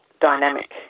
dynamic